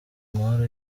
amahoro